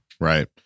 Right